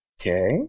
Okay